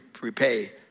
repay